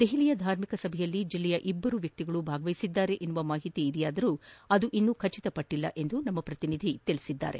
ದೆಪಲಿಯ ಧಾರ್ಮಿಕ ಸಭೆಯಲ್ಲಿ ಜಿಲ್ಲೆಯ ಇಬ್ಬರು ವ್ಯಕ್ತಿಗಳು ಭಾಗವಹಿದ್ದಾರೆ ಎಂಬ ಮಾಹಿತಿ ಬಂದಿದೆಯಾದರೂ ಅದು ಇನ್ನೂ ಖಚಿತಪಟ್ಟಲ್ಲ ಎಂದು ನಮ್ಮ ಪ್ರತಿನಿಧಿ ವರದಿ ಮಾಡಿದ್ದಾರೆ